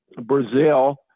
Brazil